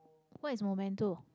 what is Momento